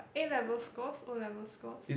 A-level scores O-level scores